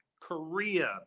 korea